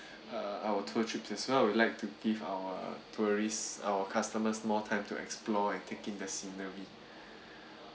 uh our tour trips as well we'd like to give our tourists our customers more time to explore and take in the scenery